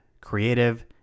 creative